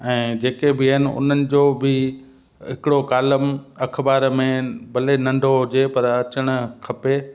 ऐं जेके बि आहिनि उन्हनि जो बि हिकिड़ो कॉलम अख़बार में भले नंढो हुजे पर अचणु खपे